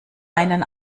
einen